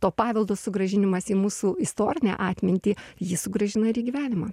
to paveldo sugrąžinimas į mūsų istorinę atmintį jį sugrąžina ir į gyvenimą